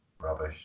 rubbish